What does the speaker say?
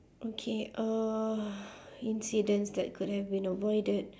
okay uh incidents that could have been avoided